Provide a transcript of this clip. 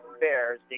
Bears